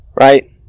right